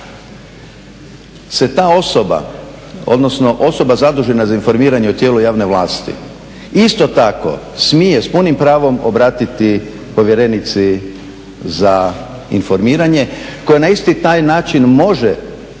se ta osoba odnosno osoba zadužena za informiranje o tijelu javne vlasti isto tako smije s punim pravom obratiti povjerenici za informiranje koja na isti taj način može